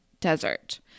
Desert